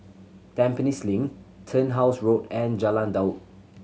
Tampines Link Turnhouse Road and Jalan Daud